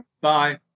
Bye